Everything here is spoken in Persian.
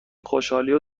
خوشحالیو